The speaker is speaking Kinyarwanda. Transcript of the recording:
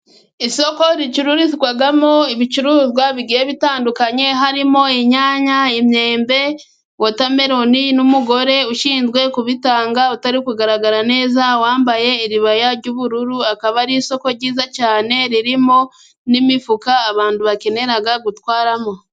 Isoko ricururizwamo ibicuruzwa bigiye bitandukanye harimo inyanya, imyembe, wotameloni, n'umugore ushinzwe kubitanga utari kugaragara neza wambaye iribaya ry'ubururu, akaba ari isoko ryiza cyane ririmo n'imifuka abantu bakenera gutwaramo.